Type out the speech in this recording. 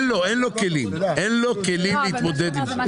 אין לו כלים להתמודד עם זה.